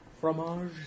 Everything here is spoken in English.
Fromage